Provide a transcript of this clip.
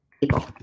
people